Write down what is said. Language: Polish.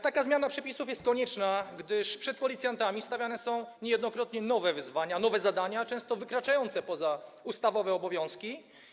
Taka zmiana przepisów jest konieczna, gdyż przed policjantami stawiane są niejednokrotnie nowe wyzwania, nowe zadania, często wykraczające poza ustawowe obowiązki.